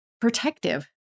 protective